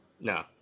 No